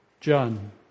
John